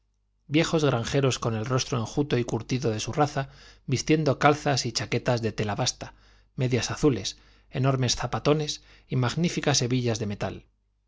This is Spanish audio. viejos granjeros con el rostro enjuto y curtido de su raza vistiendo calzas y chaquetas de tela basta medias azules enormes zapatones y magníficas hebillas de metal